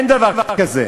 אין דבר כזה.